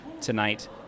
tonight